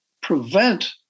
prevent